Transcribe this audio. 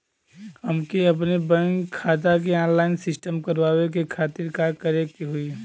हमके अपने बैंक खाता के ऑनलाइन सिस्टम करवावे के खातिर का करे के होई?